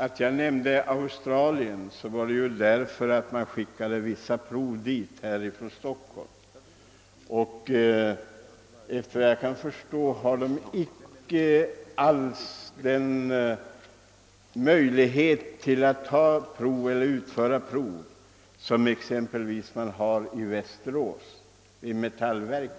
Att jag nämnde Australien berodde på att man skickade vissa prover dit härifrån Stockholm. Efter vad jag kan förstå har man dock inte alls i Australien samma möjligheter att utföra prov som man har exempelvis vid Metallverken